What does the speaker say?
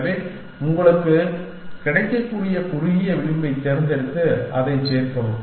எனவே உங்களுக்கு கிடைக்கக்கூடிய குறுகிய விளிம்பைத் தேர்ந்தெடுத்து அதைச் சேர்க்கவும்